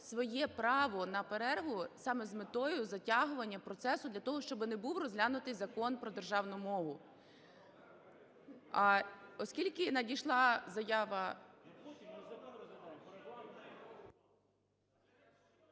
своє право на перерву саме з метою затягування процесу для того, щоб не був розглянутий Закон про державну мову. Оскільки надійшла заява…